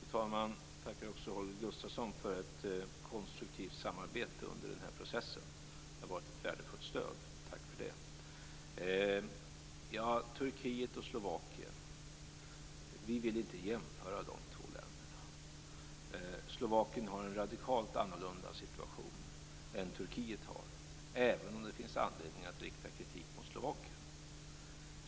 Fru talman! Jag tackar Holger Gustafsson för ett konstruktivt samarbete under den här processen. Det har varit ett värdefullt stöd. Tack för det! Vi vill inte jämföra Turkiet och Slovakien. Slovakien har en radikalt annorlunda situation än Turkiet, även om det finns anledning att rikta kritik mot Slovakien.